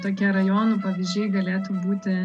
tokie rajonų pavyzdžiai galėtų būti